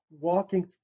walking